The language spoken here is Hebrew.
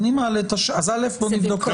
אז בואו נבדוק.